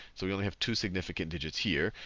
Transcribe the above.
so we only have two significant digits here.